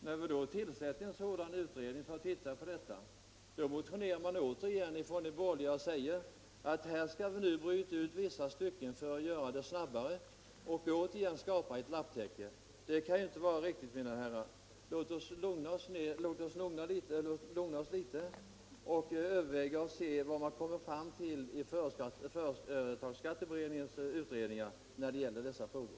När vi då tillsatte en sådan utredning motionerade de borgerliga åter igen och sade att vi skall bryta ut vissa stycken för att behandla dem snabbare och åter skapa ett lapptäcke. Det kan inte vara riktigt, mina herrar. Låt oss lugna oss litet och se vad man kommer fram till i företagsskatteberedningens utredningar när det gäller dessa frågor.